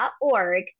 .org